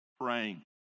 praying